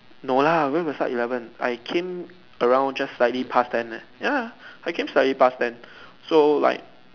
no lah where got start eleven I came around just slightly past ten leh ya I came slightly past ten so like